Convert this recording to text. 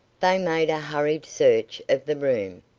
they made a hurried search of the room,